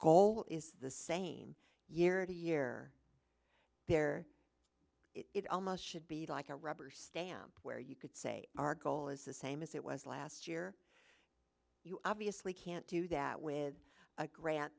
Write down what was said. goal is the same year to year there it almost should be like a rubber stamp where you could say our goal is the same as it was last year you obviously can't do that with a grant